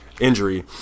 injury